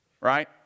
right